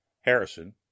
harrison